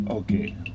Okay